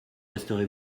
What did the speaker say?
resterez